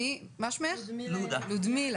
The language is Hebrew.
את המענק שניתן באופן חד פעמי בשנת 2020